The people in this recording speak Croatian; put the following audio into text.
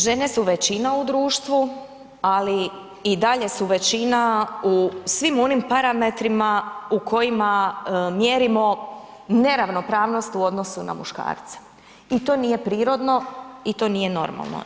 Žene su većina u društvu ali i dalje su većina u svim onim parametrima u kojima mjerimo neravnopravnost u odnosu na muškarce i to nije prirodno i to nije normalno.